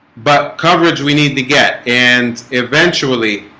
but coverage we need to get and eventually